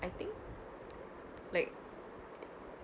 I think like